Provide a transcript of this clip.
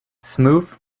smooth